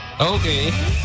Okay